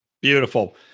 Beautiful